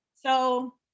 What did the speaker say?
So-